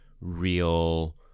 real